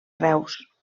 reus